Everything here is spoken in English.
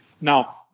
Now